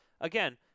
again